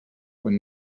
quan